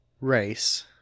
race